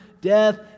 death